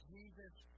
Jesus